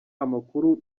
amakuru